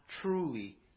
truly